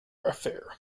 affair